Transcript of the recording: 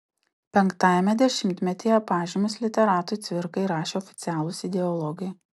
penktajame dešimtmetyje pažymius literatui cvirkai rašė oficialūs ideologai